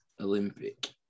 Olympic